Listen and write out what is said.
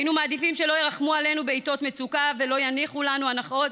היינו מעדיפים שלא ירחמו עלינו בעיתות מצוקה ולא יניחו לנו הנחות,